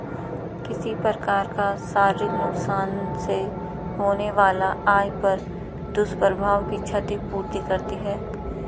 किसी प्रकार का शारीरिक नुकसान से होने वाला आय पर दुष्प्रभाव की क्षति पूर्ति करती है